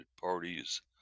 parties